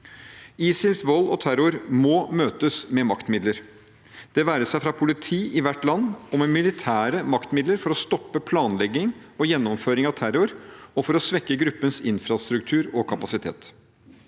ISILs vold og terror må møtes med maktmidler, det være seg fra politi i hvert land og med militære maktmidler for å stoppe planlegging og gjennomføring av terror, og for å svekke gruppens infrastruktur og kapasitet.